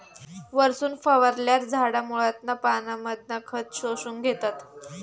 वरसून फवारल्यार झाडा मुळांतना पानांमधना खत शोषून घेतत